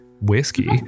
whiskey